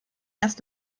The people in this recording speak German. erst